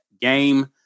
game